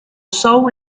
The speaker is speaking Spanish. zhou